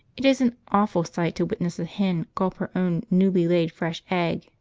it is an awful sight to witness a hen gulp her own newly-laid fresh egg,